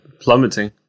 plummeting